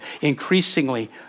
increasingly